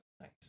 Nice